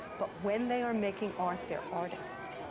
but when they are making art, they're artists.